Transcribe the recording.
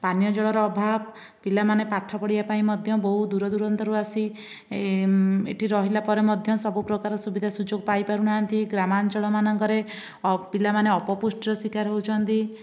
ପାନୀୟ ଜଳର ଅଭାବ ପିଲାମାନେ ପାଠ ପଢ଼ିବା ପାଇଁ ମଧ୍ୟ ବହୁ ଦୁରାଦୁରାନ୍ତରୁ ଆସି ଏଇଠି ରହିଲା ପରେ ମଧ୍ୟ ସବୁ ପ୍ରକାର ସୁବିଧା ସୁଯୋଗ ପାଇ ପାରୁନାହାନ୍ତି ଗ୍ରାମାଞ୍ଚଳମାନଙ୍କରେ ପିଲାମାନେ ଅପପୁଷ୍ଟିର ଶିକାର ହେଉଛନ୍ତି